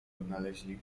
odnaleźli